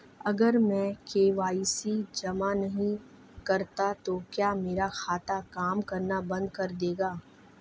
अगर मैं के.वाई.सी जमा नहीं करता तो क्या मेरा खाता काम करना बंद कर देगा?